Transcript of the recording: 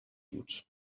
بود